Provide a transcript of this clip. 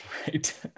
Right